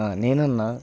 నేనన్నా